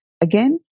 Again